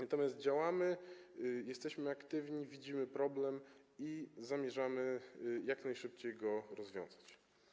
Natomiast działamy, jesteśmy aktywni, widzimy problem i zamierzamy jak najszybciej go rozwiązać.